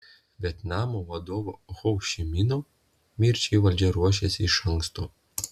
vietnamo vadovo ho ši mino mirčiai valdžia ruošėsi iš anksto